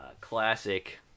Classic